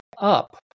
up